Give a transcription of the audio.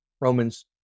Romans